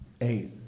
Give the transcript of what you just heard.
Eight